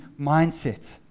mindset